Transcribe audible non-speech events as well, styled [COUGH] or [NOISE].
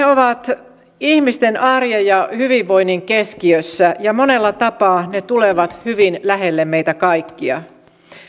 [UNINTELLIGIBLE] ovat ihmisten arjen ja hyvinvoinnin keskiössä ja monella tapaa ne tulevat hyvin lähelle meitä kaikkia